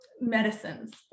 medicines